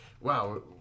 Wow